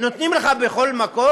נותנים לך בכל מקום?